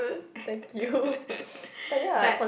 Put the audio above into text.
but